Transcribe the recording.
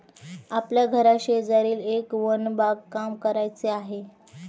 आपल्या घराशेजारी एक वन बागकाम करायचे आहे